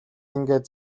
ингээд